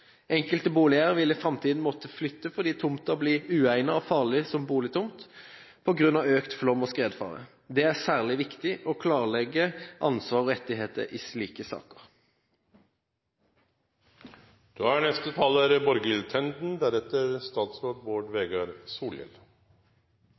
Enkelte boligeiere vil i framtiden måtte flytte fordi tomten blir uegnet og farlig som boligtomt på grunn av økt flom- og skredfare. Det er særlig viktig å klarlegge ansvar og rettigheter i slike saker. Klimaendringene observeres allerede. Det er